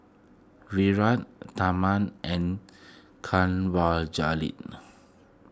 Virat Tharman and Kanwaljit